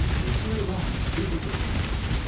they sailed on through the philippines,